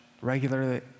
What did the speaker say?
regularly